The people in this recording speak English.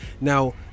Now